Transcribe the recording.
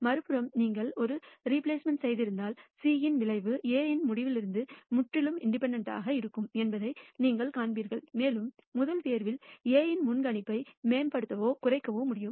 மறுபுறம் நீங்கள் ஒரு ரிப்ளஸ்ட்மென்ட் செய்திருந்தால் C இன் விளைவு A இன் முடிவிலிருந்து முற்றிலும் இண்டிபெண்டெண்ட் இருக்கும் என்பதை நீங்கள் காண்பீர்கள் மேலும் முதல் தேர்வில் A இன் முன்கணிப்பை மேம்படுத்தவோ குறைக்கவோ முடியாது